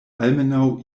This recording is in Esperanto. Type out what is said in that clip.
almenaŭ